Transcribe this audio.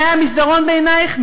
הנאה המסדרון בעינייך?